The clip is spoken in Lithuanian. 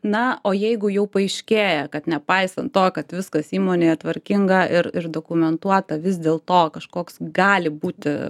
na o jeigu jau paaiškėja kad nepaisant to kad viskas įmonėje tvarkinga ir ir dokumentuota vis dėl to kažkoks gali būti